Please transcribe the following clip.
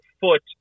foot